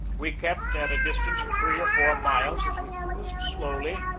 we kept at a distance of three or four miles as we cruised slowly,